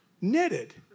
knitted